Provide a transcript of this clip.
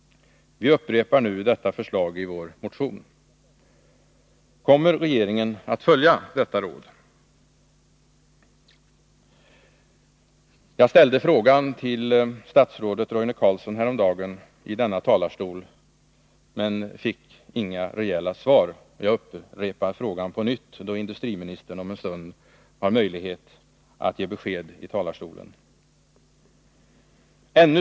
Vi upprepar nu detta förslag i vår motion. Kommer regeringen att följa detta råd? Jag ställde frågan till statsrådet Roine Carlsson häromdagen i denna talarstol, men fick inga riktiga svar. Jag upprepar frågan på nytt, då industriministern om en stund har möjlighet att ge besked i talarstolen.